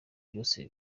byose